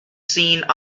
seeing